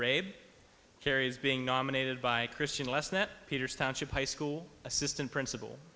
ray carrie is being nominated by christian less net peters township high school assistant principal